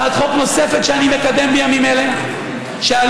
הצעת חוק נוספת שאני מקדם בימים אלה היא שעלויות